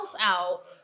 out